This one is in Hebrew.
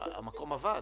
המקום עבד,